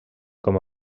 com